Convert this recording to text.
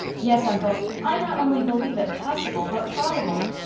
yes, uncle. i not only believe it possible, but probable.